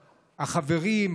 החברים,